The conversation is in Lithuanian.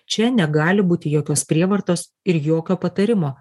čia negali būti jokios prievartos ir jokio patarimo